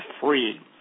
free